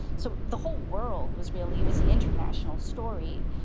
so the whole world was really it was an international story,